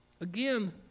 Again